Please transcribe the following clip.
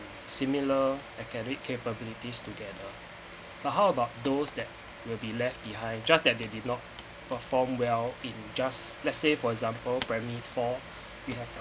similar academic capabilities together but how about those that will be left behind just that they did not perform well in just let's say for example primary four you have a